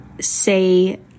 say